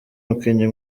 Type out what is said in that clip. umukinnyi